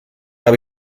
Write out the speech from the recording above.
habe